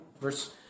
Verse